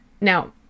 Now